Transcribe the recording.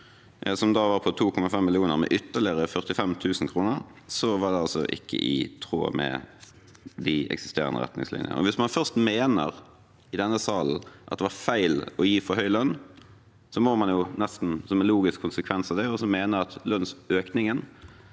som da var på 2,5 mill. kr, med ytterligere 45 000 kr, var det altså ikke i tråd med de eksisterende retningslinjer. Hvis man først mener i denne salen at det var feil å gi for høy lønn, må man nesten, som en logisk konsekvens av det, mene at lønnsøkningen